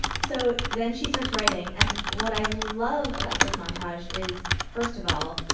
so then she starts writing. and what i love about this montage is, first of all,